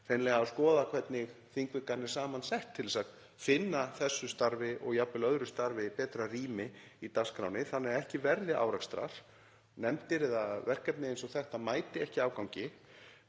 hreinlega að skoða hvernig þingvikan er saman sett til að finna þessu starfi og jafnvel öðru starfi betra rými í dagskránni, þannig að ekki verði árekstrar og nefndir eða verkefni eins og þetta mæti ekki afgangi,